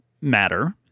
matter